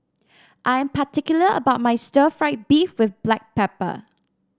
I'm particular about my Stir Fried Beef with Black Pepper